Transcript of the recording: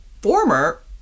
former